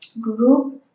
group